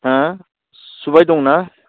हो सुबाय दंना